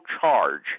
charge